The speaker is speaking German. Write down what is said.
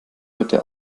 heute